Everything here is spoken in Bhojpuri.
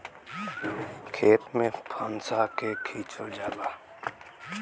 खेत में फंसा के खिंचल जाला